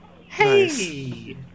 Hey